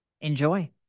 Enjoy